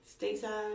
stateside